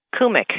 Kumik